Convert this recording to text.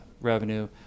revenue